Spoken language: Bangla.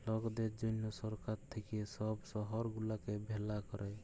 লকদের জনহ সরকার থাক্যে সব শহর গুলাকে ভালা ক্যরে